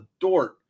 Dort